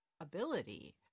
ability